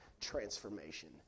transformation